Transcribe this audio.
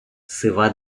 сива